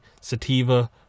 Sativa